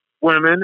women